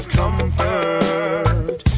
comfort